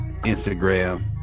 Instagram